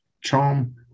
charm